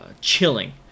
chilling